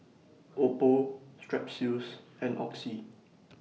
Oppo Strepsils and Oxy